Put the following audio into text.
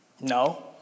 No